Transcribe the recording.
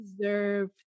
deserve